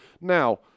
now